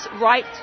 right